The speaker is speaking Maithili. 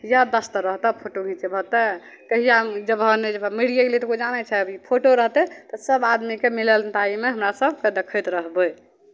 याददाश्त तऽ रहतौ फोटो घिचेबह तऽ कहिया जयबहक नहि जयबहक मरिए गेलियै तऽ कोइ जानै छै अभी फोटो रहतै तऽ सभ आदमीके मिलनताइमे हमरा सभके देखैत रहबै